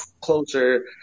closer